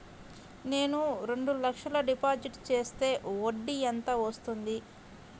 నేను రెండు లక్షల డిపాజిట్ చేస్తే వడ్డీ ఎంత వస్తుంది?